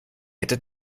hätte